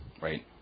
right